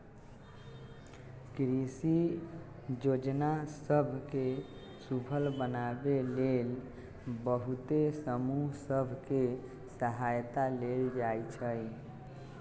कृषि जोजना सभ के सूफल बनाबे लेल बहुते समूह सभ के सहायता लेल जाइ छइ